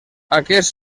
aquest